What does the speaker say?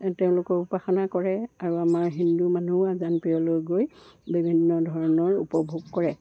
তেওঁলোকৰ উপাসনা কৰে আৰু আমাৰ হিন্দু মানুহ আজানপীৰলৈ গৈ বিভিন্ন ধৰণৰ উপভোগ কৰে